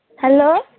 hello